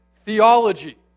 theology